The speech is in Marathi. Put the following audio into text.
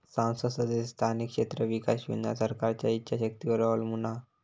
सांसद सदस्य स्थानिक क्षेत्र विकास योजना सरकारच्या ईच्छा शक्तीवर अवलंबून हा